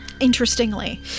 interestingly